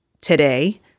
today